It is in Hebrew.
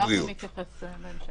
אנחנו נתייחס בהמשך.